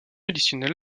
additionnel